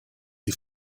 die